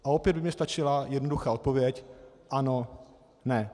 A opět by mně stačila jednoduchá odpověď ano, ne.